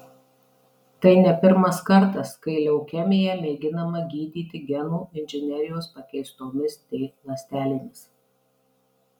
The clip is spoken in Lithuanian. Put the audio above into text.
tai ne pirmas kartas kai leukemiją mėginama gydyti genų inžinerijos pakeistomis t ląstelėmis